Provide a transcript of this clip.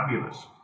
fabulous